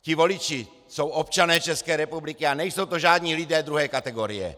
Ti voliči jsou občané České republiky a nejsou to žádní lidé druhé kategorie!